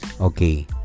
Okay